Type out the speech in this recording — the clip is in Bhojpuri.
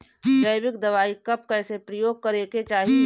जैविक दवाई कब कैसे प्रयोग करे के चाही?